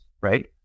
right